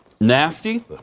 Nasty